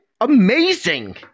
amazing